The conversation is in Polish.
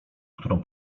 którą